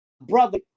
Brother